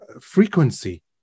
frequency